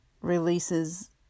releases